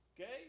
Okay